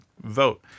vote